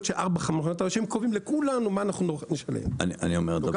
שחבורה של ארבעה חברות קובעות לכולנו מה נשלם.